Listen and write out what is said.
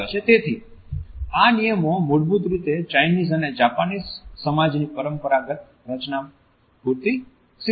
તેથી આ નિયમો મૂળભૂત રીતે ચાઇનીઝ અને જાપાનીઝ સમાજની પરંપરાગત રચના પુરતી સિમિત છે